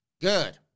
Good